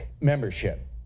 membership